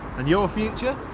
and your future?